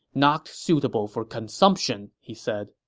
not suitable for consumption, he said.